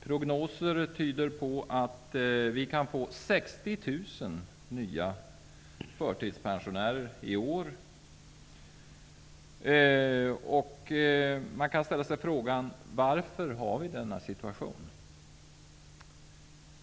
Prognoser tyder på att vi kan få 60 000 nya förtidspensionärer i år. Man kan ställa sig frågan varför vi har denna situation.